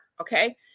Okay